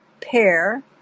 pair